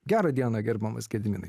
gerą dieną gerbiamas gediminai